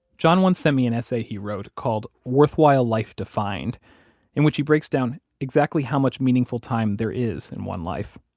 john once sent me an essay he wrote called worthwhile life defined in which he breaks down exactly how much meaningful time there is in one life.